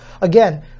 Again